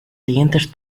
siguientes